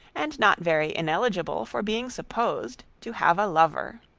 and not very ineligible for being supposed to have a lover.